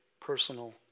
personal